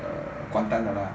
uh kuantan 的 lah